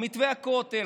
מתווה הכותל,